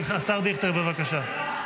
כן, השר דיכטר, בבקשה.